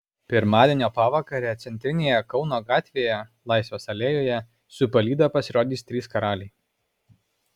pirmadienio pavakarę centrinėje kauno gatvėje laisvės alėjoje su palyda pasirodys trys karaliai